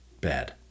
bad